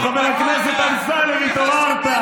היא הודיעה.